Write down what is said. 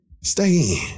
Stay